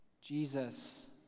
Jesus